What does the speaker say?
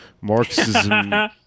Marxism